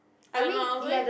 I don't know ah